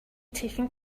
taken